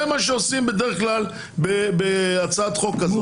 זה מה שעושים בדרך כלל בהצעת החוק הזאת.